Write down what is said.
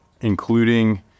including